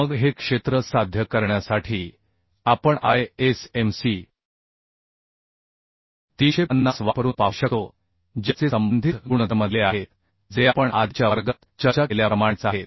मग हे क्षेत्र साध्य करण्यासाठी आपण ISMC 350 वापरून पाहू शकतो ज्याचे संबंधित गुणधर्म दिले आहेत जे आपण आधीच्या वर्गात चर्चा केल्याप्रमाणेच आहेत